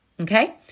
Okay